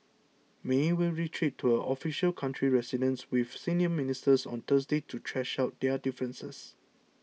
may will retreat to her official country residence with senior ministers on Thursday to thrash out their differences